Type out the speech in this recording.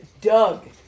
Doug